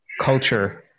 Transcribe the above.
culture